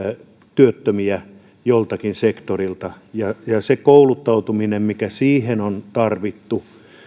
työttömiä joltakin sektorilta ja se kouluttautuminen mikä siihen on tarvittu